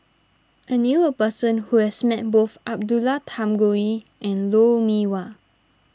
I knew a person who has met both Abdullah Tarmugi and Lou Mee Wah